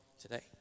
today